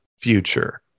future